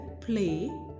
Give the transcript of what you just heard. play